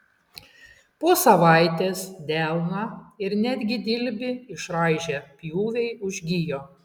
po savaitės delną ir netgi dilbį išraižę pjūviai užgijo